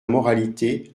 moralité